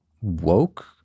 woke